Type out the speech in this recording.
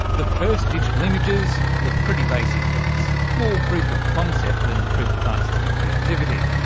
the first digital images were pretty basic things, more proof of concept than proof of artistic creativity.